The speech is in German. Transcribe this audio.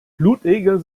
blutegel